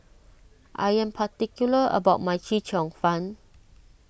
I am particular about my Chee Cheong Fun